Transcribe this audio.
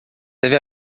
deve